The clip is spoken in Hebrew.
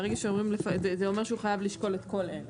ברגע שאומרים זה אומר שהוא חייב לשקול את כל אלה.